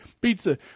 pizza